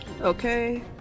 Okay